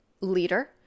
leader